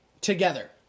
together